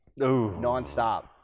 nonstop